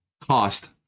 cost